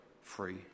free